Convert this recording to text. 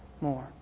more